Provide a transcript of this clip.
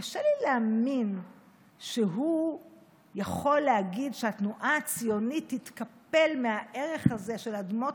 קשה לי להאמין שהוא יכול להגיד שהתנועה הציונית תתקפל מהערך הזה של אדמות